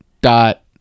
dot